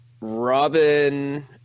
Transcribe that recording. Robin